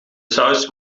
saus